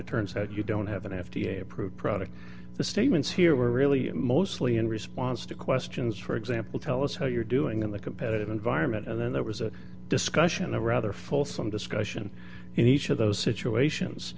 it turns out you don't have an f d a approved product the statements here were really mostly in response to questions for example tell us how you're doing in the competitive environment and then there was a discussion a rather fulsome discussion in each of those situations